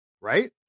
Right